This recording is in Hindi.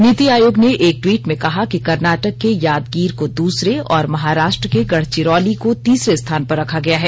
नीति आयोग ने एक ट्वीट में कहा कि कर्नाटक के यादगीर को दूसरे और महाराष्ट्र के गढ़चिरौली तीसरे स्थान पर रखा गया है